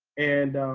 and,